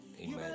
amen